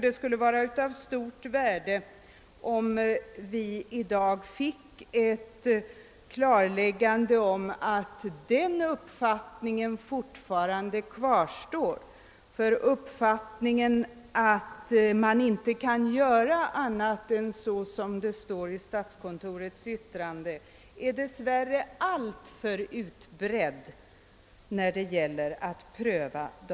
Det skulle vara av stort värde om vi i dag fick ett klarläggande av att den uppfattning som herr Lindholm tidigare redovisat fortfarande råder — uppfattningen att man inte kan göra annat än det som står i statskontorets yttrande är dess värre alltför utbredd.